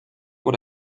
por